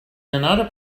another